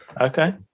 Okay